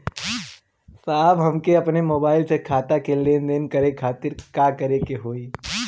साहब हमके अपने मोबाइल से खाता के लेनदेन करे खातिर का करे के होई?